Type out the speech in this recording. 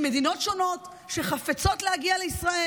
ממדינות שונות שחפצים בהן להגיע לישראל.